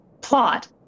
plot